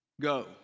Go